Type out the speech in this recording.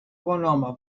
bonhome